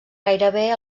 gairebé